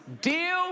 Deal